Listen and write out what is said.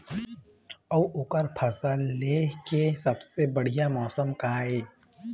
अऊ ओकर फसल लेय के सबसे बढ़िया मौसम का ये?